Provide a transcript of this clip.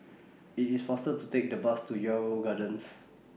IT IS faster to Take The Bus to Yarrow Gardens